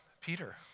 Peter